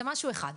זה משהו אחד,